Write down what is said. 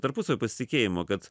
tarpusavio pasitikėjimo kad